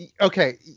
okay